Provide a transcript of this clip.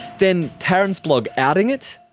then taryn's blog outing it?